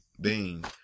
Ding